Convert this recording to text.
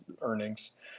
earnings